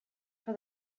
for